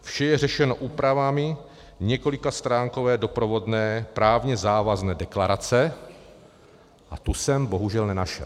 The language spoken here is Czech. Vše je řešeno úpravami několikastránkové doprovodné právně závazné deklarace a tu jsem bohužel nenašel.